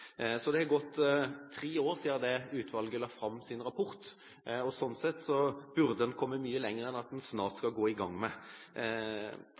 Så det har gått tre år siden dette utvalget la fram sin rapport, og slik sett burde en ha kommet mye lenger enn at en snart